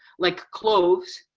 like cloves.